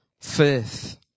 faith